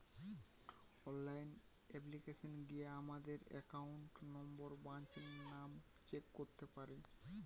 online অ্যাপ্লিকেশানে গিয়া আমাদের একাউন্ট নম্বর, ব্রাঞ্চ নাম চেক করতে পারি